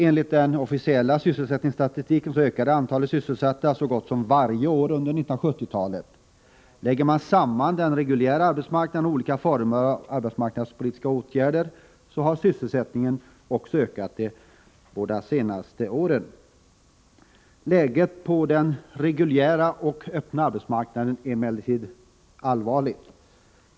Enligt den officiella sysselsättningsstatistiken ökade antalet sysselsatta så gott som varje år under 1970-talet. Lägger man samman den reguljära arbetsmarknaden och olika former av arbetsmarknadspolitiska åtgärder finner man att sysselsättningen också ökat de båda senaste åren. Läget på den reguljära och öppna arbetsmarknaden är emellertid allvarligt.